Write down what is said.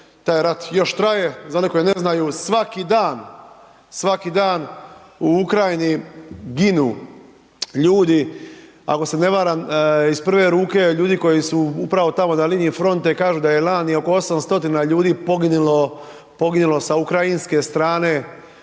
taj rat još traje, za one koji ne znaju, svaki dan u Ukrajini ginu ljudi, ako se ne varam, iz prve ruke, ljudi koji su upravo tamo na liniji fronte kažu da je lani oko 800 ljudi poginulo sa ukrajinske strane,